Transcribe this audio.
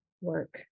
work